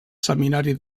seminari